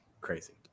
Crazy